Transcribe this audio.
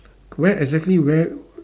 where exactly where